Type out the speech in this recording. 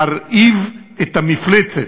להרעיב את המפלצת,